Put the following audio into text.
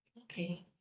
okay